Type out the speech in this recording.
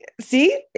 see